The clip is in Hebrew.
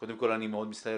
קודם כל אני מאוד מצטער